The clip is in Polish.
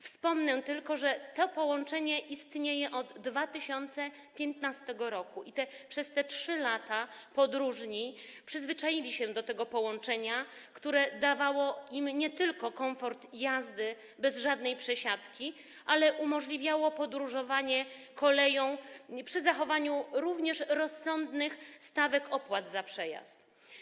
Wspomnę tylko, że to połączenie istnieje od 2015 r. i przez te 3 lata podróżni przyzwyczaili się już do połączenia, które daje im nie tylko komfort jazdy bez żadnej przesiadki, ale także umożliwia podróżowanie koleją przy zachowaniu rozsądnych stawek opłat za przejazd.